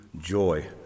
joy